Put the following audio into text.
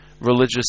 religious